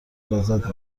لذت